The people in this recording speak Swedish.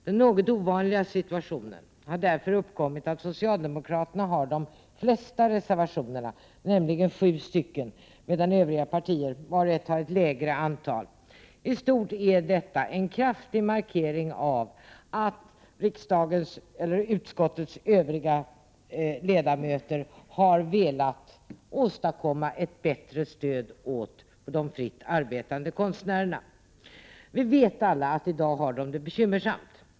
Den något ovanliga situationen har därför uppkommit, att socialdemokraterna har de flesta reservationerna, nämligen sju, medan övriga partier vart och ett har ett lägre antal. I stort är detta en kraftig markering av att utskottets övriga ledamöter har velat åstadkomma ett bättre stöd åt de fritt arbetande konstnärerna. Vi vet alla att de fritt arbetande konstnärerna har det bekymmersamt.